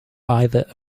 either